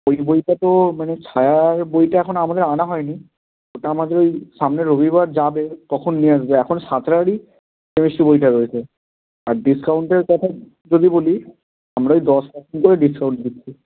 ওই বইটা তো মানে ছায়ার বইটা এখনো আমাদের আনা হয়নি ওটা আমাদের ওই সামনের রবিবার যাবে তখন নিয়ে আসবে এখন সাঁতরারই কেমিস্ট্রি বইটা রয়েছে আর ডিসকাউন্টের কথা যদি বলি আমরা ওই দশ পার্সেন্ট করে ডিসকাউন্ট দিচ্ছি